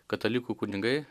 katalikų kunigai